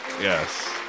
Yes